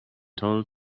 told